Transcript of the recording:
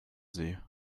sie